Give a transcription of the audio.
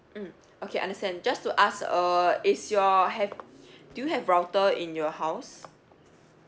mm okay understand just to ask uh is your have do you have router in your house